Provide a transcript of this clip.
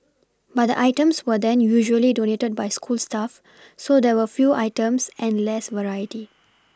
but the items were then usually donated by school staff so there were few items and less variety